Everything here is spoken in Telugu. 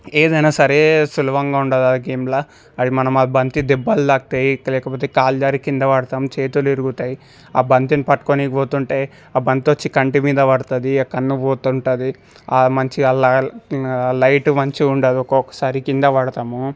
ఏదయినా సరే సులభంగా ఉండదా గేమ్లా అది మనమా బంతి దెబ్బలు తాకుతాయి లేకపోతే కాలు జారి కింద పడతాం చేతులు విరుగుతాయి బంతిని పట్టుకొని పోతుంటే బంతొచ్చి కంటి మీద పడుతుంది కన్ను పోతుంటుంది మంచిగా ల లైటు మంచిగా ఉండదు ఒకొక్కసారి కింద పడతాము